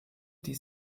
die